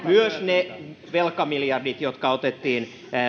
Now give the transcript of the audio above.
myös ne velkamiljardit jotka otettiin